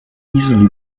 easily